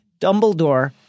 Dumbledore